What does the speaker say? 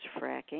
fracking